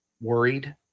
worried